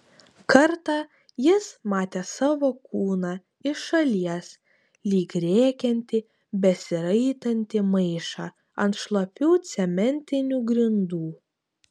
kartą jis matė savo kūną iš šalies lyg rėkiantį besiraitantį maišą ant šlapių cementinių grindų